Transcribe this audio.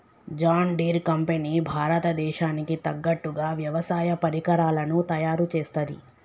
John Deere company Bharat దేశానికి తగ్గట్టుగా వ్యవసాయ పరికరాలను తయారుచేస్తది